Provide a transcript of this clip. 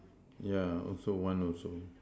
yeah also one also